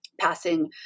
passing